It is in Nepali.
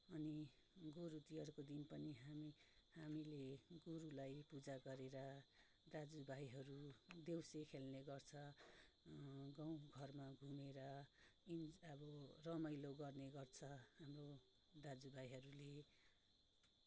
अनि गोरु तिहारको दिन पनि हामी हामीले गोरुलाई पूजा गरेर दाजुभाइहरू देउसी खेल्ने गर्छ गाउँघरमा घुमेर अब रमाइलो गर्ने गर्छ अब दाजुभाइहरूले